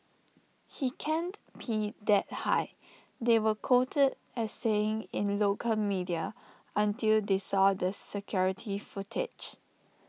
he can't pee that high they were quoted as saying in local media until they saw the security footage